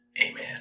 Amen